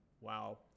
Wow